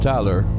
Tyler